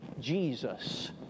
Jesus